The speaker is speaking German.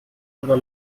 oder